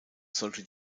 sollte